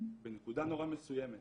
בנקודה מאוד מסוימת